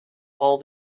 all